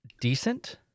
decent